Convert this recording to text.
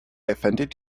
offended